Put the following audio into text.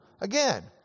Again